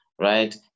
right